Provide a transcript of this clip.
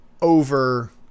over